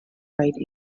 write